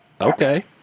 Okay